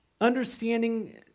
understanding